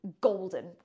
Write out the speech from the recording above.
golden